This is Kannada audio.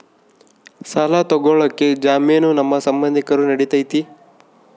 ಸಾಲ ತೊಗೋಳಕ್ಕೆ ಜಾಮೇನು ನಮ್ಮ ಸಂಬಂಧಿಕರು ನಡಿತೈತಿ?